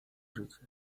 życie